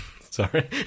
Sorry